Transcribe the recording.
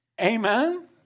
Amen